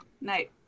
Night